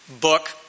book